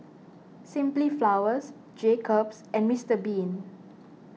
Simply Flowers Jacob's and Mister Bean